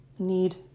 Need